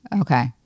Okay